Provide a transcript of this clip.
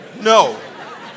No